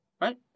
Right